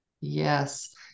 yes